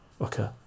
okay